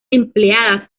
empleadas